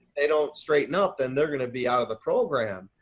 they don't straighten up. then they're going to be out of the program.